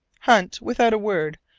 hunt, without a word,